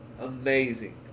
amazing